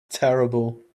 terrible